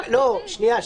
שנייה.